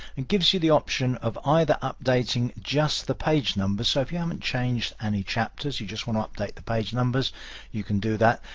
and gives you the option of either updating just the page numbers. so if you haven't changed any chapters, you just want to update the page numbers you can do that.